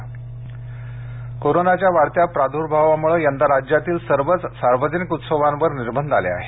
दहीहंडी कोरोनाच्या वाढत्या प्रादूर्भावामुळे यंदा राज्यातील सर्वच सार्वजनिक उत्सवांवर निर्बंध आले आहेत